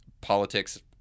politics